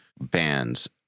bands